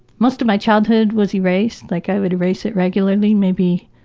most of my childhood was erased. like, i would erase it regularly maybe